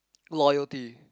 loyalty